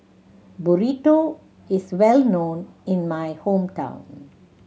Burrito is well known in my hometown